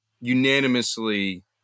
unanimously